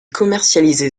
commercialisée